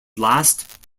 last